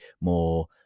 more